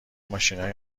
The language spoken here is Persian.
ماشینای